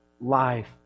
life